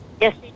Yes